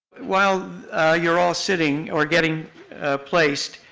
while you're all sitting, or getting placed,